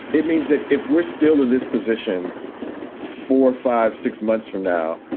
it means that if we're still in this position four, five, six months from now,